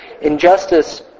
Injustice